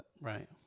Right